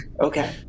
Okay